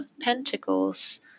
Pentacles